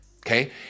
okay